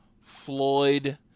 Floyd